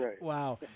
Wow